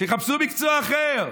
שיחפשו מקצוע אחר.